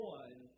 one